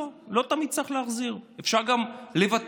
לא, לא תמיד צריך להחזיר, אפשר גם לוותר,